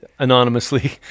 anonymously